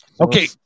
Okay